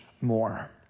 more